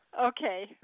Okay